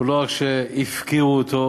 ולא מפקירים נפגעים בשטח.